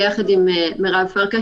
ביחד עם מרב פרקש,